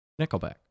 Nickelback